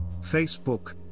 Facebook